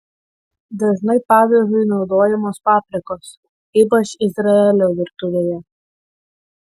dažnai padažui naudojamos paprikos ypač izraelio virtuvėje